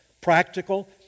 practical